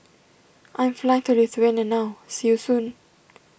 I am flying to Lithuania now see you soon